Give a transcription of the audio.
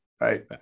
right